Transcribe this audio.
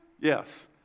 Yes